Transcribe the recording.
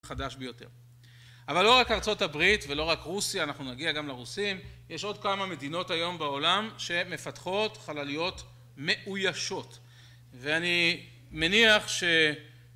חדש ביותר אבל לא רק ארצות הברית ולא רק רוסיה אנחנו נגיע גם לרוסים יש עוד כמה מדינות היום בעולם שמפתחות חלליות מאוישות ואני מניח ש..